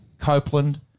Copeland